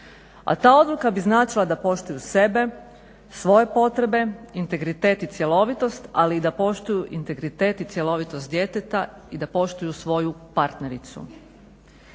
a ta odluka bi značila da poštuju sebe, svoje potrebe, integritet i cjelovitost ali i da poštuju integritet i cjelovitost djeteta i da poštuju svoju partnericu.